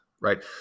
Right